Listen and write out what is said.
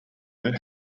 that